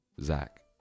Zach